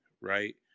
right